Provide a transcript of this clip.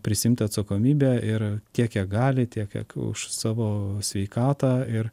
prisiimti atsakomybę ir tiek kiek gali tiek už savo sveikatą ir